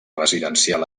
residencial